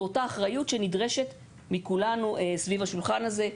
באותה אחריות שנדרשת מכולנו סביב השולחן הזה,